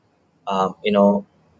uh you know